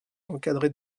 encadré